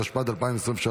התשפ"ד 2023,